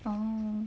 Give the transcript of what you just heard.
oh